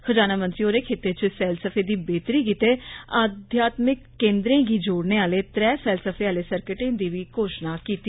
खजाना मंत्री होरें खिते च सैलसफे दी बेहतरी गितै आधयातमिक केन्द्रें गी जोडने आहले त्रै सैलसफे आहली सरकटें दी बी घोशणा कीती